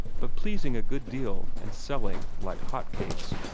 but pleasing a good deal and selling like hot cakes.